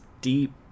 deep